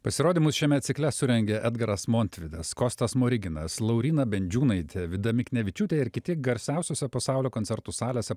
pasirodymus šiame cikle surengė edgaras montvidas kostas smoriginas lauryna bendžiūnaitė vida miknevičiūtė ir kiti garsiausiose pasaulio koncertų salėse